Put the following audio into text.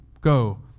go